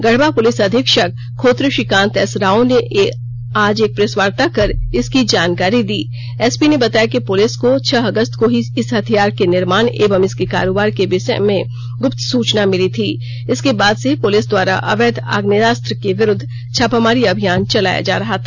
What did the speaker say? Garhwa police अधीक्षक Khotre Shrikant S Rao ने आज एक प्रेसवार्ता कर इसकी जानकारी दी एसपी ने बताया कि पुलिस को छह अगस्त को ही इस हथियार के निर्माण एवं इसके कारोबार के विषय में गुप्त सुचना मिली थी इसके बाद से ही पुलिस द्वारा अवैध आग्नेयास्त्र के विरुद्व छापामारी अभियान चलाया जा रहा था